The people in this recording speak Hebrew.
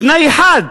בתנאי אחד,